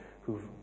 who've